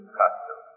custom